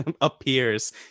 appears